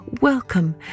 Welcome